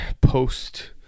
post